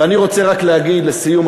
ואני רוצה רק להגיד לסיום,